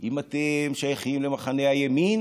אם אתם שייכים למחנה הימין